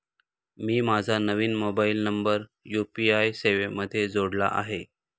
मी माझा नवीन mobile number UPI सेवेमध्ये जोडला आहे